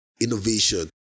innovation